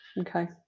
okay